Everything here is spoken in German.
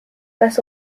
das